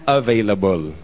available